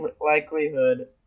likelihood